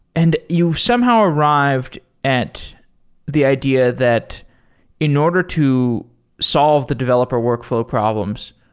and you somehow arrived at the idea that in order to solve the developer workflow problems,